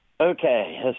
Okay